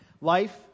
Life